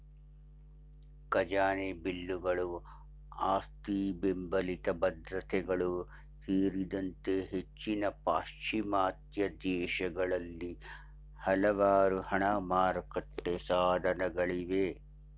ಖಜಾನೆ ಬಿಲ್ಲುಗಳು ಆಸ್ತಿಬೆಂಬಲಿತ ಭದ್ರತೆಗಳು ಸೇರಿದಂತೆ ಹೆಚ್ಚಿನ ಪಾಶ್ಚಿಮಾತ್ಯ ದೇಶಗಳಲ್ಲಿ ಹಲವಾರು ಹಣ ಮಾರುಕಟ್ಟೆ ಸಾಧನಗಳಿವೆ